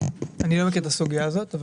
אני לא מכיר את הסוגייה הזאת.